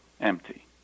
empty